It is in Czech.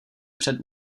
před